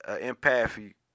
empathy